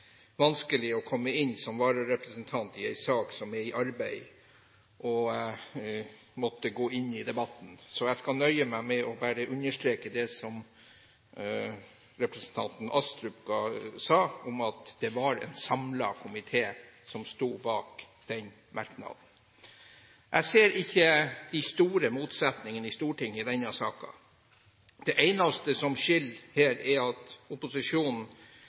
vanskelig å komme inn som vararepresentant i en sak som er under arbeid, og måtte gå inn i debatten. Så jeg skal nøye meg med bare å understreke det som representanten Astrup sa, at det var en samlet komité som sto bak den merknaden. Jeg ser ikke de store motsetningene i Stortinget i denne saken. Det eneste som skiller her, er at opposisjonen